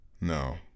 No